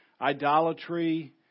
idolatry